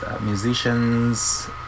musicians